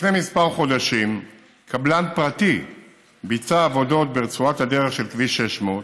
לפני כמה חודשים קבלן פרטי ביצע עבודות ברצועת הדרך של כביש 600,